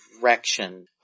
direction